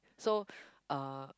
so uh